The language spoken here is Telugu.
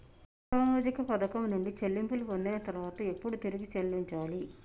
సామాజిక పథకం నుండి చెల్లింపులు పొందిన తర్వాత ఎప్పుడు తిరిగి చెల్లించాలి?